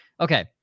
Okay